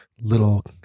little